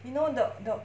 you know the the